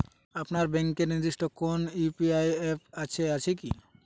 আপনার ব্যাংকের নির্দিষ্ট কোনো ইউ.পি.আই অ্যাপ আছে আছে কি?